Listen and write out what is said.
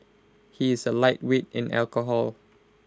he is A lightweight in alcohol